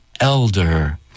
elder